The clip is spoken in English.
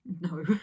No